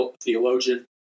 theologian